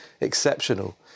exceptional